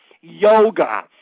Yoga